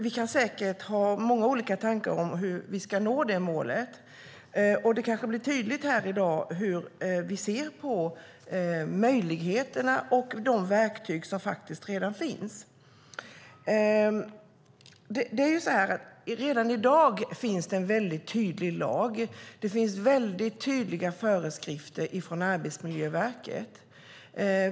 Vi kan säkert ha många olika tankar om hur vi ska nå det målet och det kanske blir tydligt här i dag hur vi ser på möjligheterna och de verktyg som faktiskt redan finns. Redan i dag finns det en väldigt tydlig lag. Det finns väldigt tydliga föreskrifter från Arbetsmiljöverket.